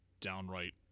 downright